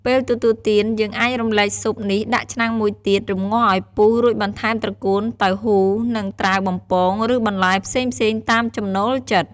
ពេលទទួលទាន យើងអាចរំលែកស៊ុបនេះដាក់ឆ្នាំងមួយទៀត រំងាស់ឱ្យពុះ រួចបន្ថែមត្រកួន តៅហ៊ូ និង ត្រាវបំពង ឬ បន្លែផ្សេងៗតាមចំណូលចិត្ត។